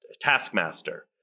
Taskmaster